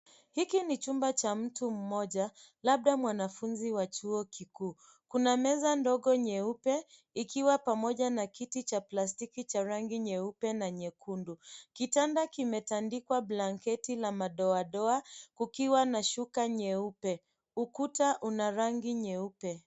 Hiki ni chumba cha mtu mmoja, labda mwanafunzi wa chuo kikuu. Kuna meza ndogo nyeupe ikiwa pamoja na kiti cha plastiki cha rangi nyeupe na nyekundu. Kitanda kimetandikwa blanketi la madoadoa kukiwa na shuka nyeupe. Ukuta una rangi nyeupe.